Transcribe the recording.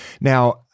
Now